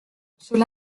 cela